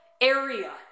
area